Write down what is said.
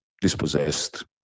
dispossessed